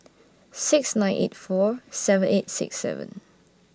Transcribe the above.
six nine eight four seven eight six seven